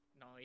No